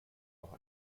auch